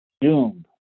doom